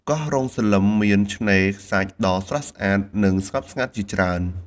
កោះរ៉ុងសន្លឹមមានឆ្នេរខ្សាច់ដ៏ស្រស់ស្អាត និងស្ងប់ស្ងាត់ជាច្រើន។